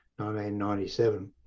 1997